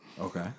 Okay